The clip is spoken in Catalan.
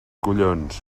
collons